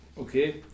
okay